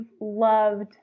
loved